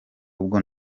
ubwo